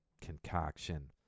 concoction